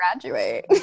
graduate